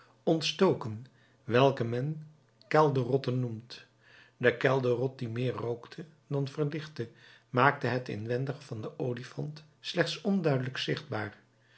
ontstoken welke men kelderrotten noemt de kelderrot die meer rookte dan verlichtte maakte het inwendige van den olifant slechts onduidelijk zichtbaar